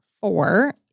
four